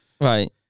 Right